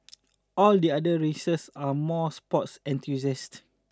all the other races are more sports enthusiasts